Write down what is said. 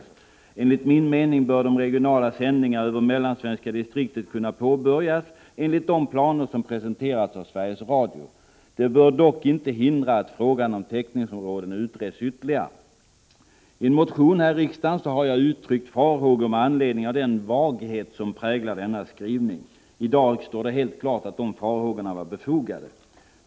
Enligt min mening bör de regionala sändningarna över Mellansvenska distriktet kunna påbörjas enligt de planer som presenterats av SRAB. Det bör dock inte hindra att frågan om täckningsområden utreds ytterligare.” I en motion här i riksdagen har jag uttryckt farhågor med anledning av den vaghet som präglar denna skrivning. I dag står det klart att de farhågorna var / befogade.